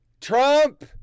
Trump